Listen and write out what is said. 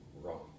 wrong